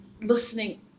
listening